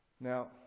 Now